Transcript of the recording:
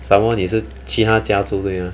some more 你是其他家族对 mah